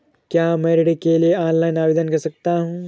क्या मैं ऋण के लिए ऑनलाइन आवेदन कर सकता हूँ?